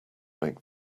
make